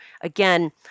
again